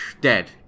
dead